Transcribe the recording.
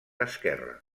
esquerra